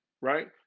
Right